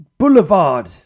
Boulevard